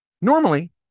Normally